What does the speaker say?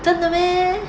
真的 meh